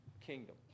kingdom